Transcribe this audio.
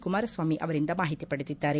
ಕುಮಾರಸ್ನಾಮಿ ಅವರಿಂದ ಮಾಹಿತಿ ಪಡೆದಿದ್ದಾರೆ